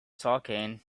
talking